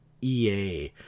EA